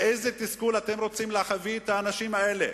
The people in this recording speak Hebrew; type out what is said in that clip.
לאיזה תסכול אתם רוצים להביא את האנשים האלה?